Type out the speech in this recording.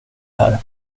här